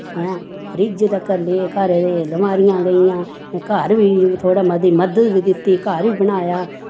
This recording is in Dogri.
हैं फ्रिज्ज तक्कर ले घरे दे लमारियां लेइयां घर बी थोह्ड़ी मती ममद बी कीती घर बी बनाया